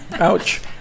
Ouch